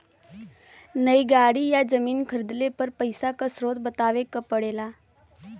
नई गाड़ी या जमीन खरीदले पर पइसा क स्रोत बतावे क पड़ेला